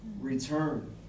return